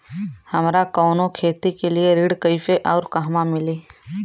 हमरा कवनो खेती के लिये ऋण कइसे अउर कहवा मिली?